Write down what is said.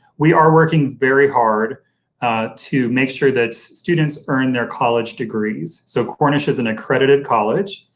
we are working very hard to make sure that students earn their college degrees, so cornish is an accredited college,